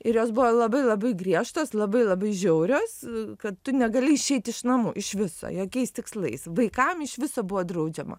ir jos buvo labai labai griežtos labai labai žiaurios kad tu negali išeit iš namų iš viso jokiais tikslais vaikam iš viso buvo draudžiama